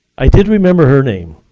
i did remember her name.